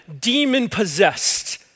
demon-possessed